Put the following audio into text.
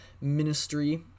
ministry